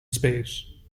space